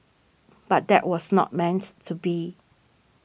but that was not meant to be